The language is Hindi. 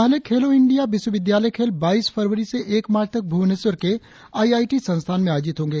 पहले खेलों इंडिया विश्वविद्यालय खेल बाईस फरवरी से एक मार्च तक भुबनेश्वर के आई आई टी संस्थान में आयोजित होंगे